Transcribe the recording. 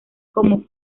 como